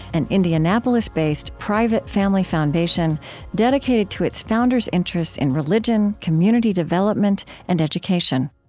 an indianapolis-based, private family foundation dedicated to its founders' interests in religion, community development, and education